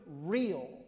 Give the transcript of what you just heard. real